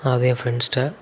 அதே ஃப்ரெண்ட்ஸ்கிட்ட